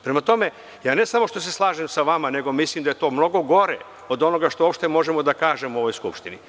Prema tome, ja ne samo što se slažem sa vama, nego mislim da je to mnogo gore od onoga što uopšte možemo da kažemo u ovoj Skupštini.